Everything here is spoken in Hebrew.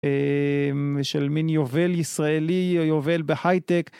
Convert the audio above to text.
של מין יובל ישראלי, יובל בחיי-טק.